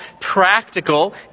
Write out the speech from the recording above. practical